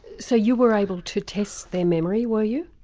so you were able to test their memory were you?